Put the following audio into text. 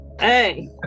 Hey